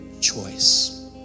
choice